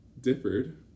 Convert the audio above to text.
differed